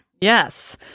Yes